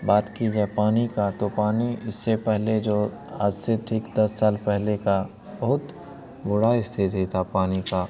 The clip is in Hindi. बात की जाए पानी की तो पानी इससे पहले जो आज से ठीक दस साल पहले की बहुत बुरी स्थिति थी पानी की